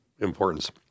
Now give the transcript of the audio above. importance